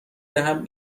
دهم